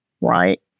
right